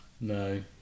No